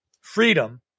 freedom